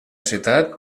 ciutat